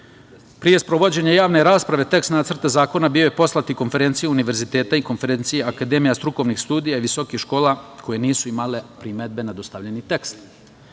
sprovođenja javne rasprave, tekst Nacrta zakona bio je poslat i Konferenciji univerziteta i Konferenciji akademija strukovnih studija i visokih škola, koje nisu imale primedbe na dostavljeni tekst. Moram